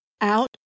out